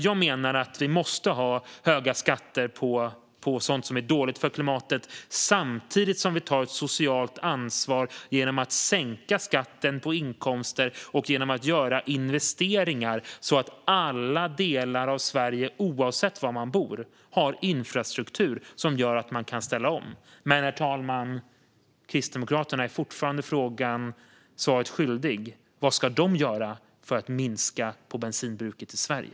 Jag menar att vi måste ha höga skatter på sådant som är dåligt för klimatet samtidigt som vi tar ett socialt ansvar genom att sänka skatten på inkomster och genom att göra investeringar så att alla delar av Sverige, oavsett var man bor, har infrastruktur som gör att man kan ställa om. Men, herr talman, Kristdemokraterna är fortfarande svaret skyldiga: Vad ska de göra för att minska bensinbruket i Sverige?